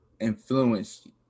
influenced